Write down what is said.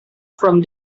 from